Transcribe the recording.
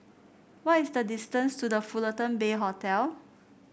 what is the distance to The Fullerton Bay Hotel